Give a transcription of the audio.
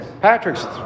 Patrick's